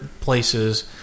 places